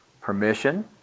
Permission